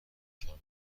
کمتر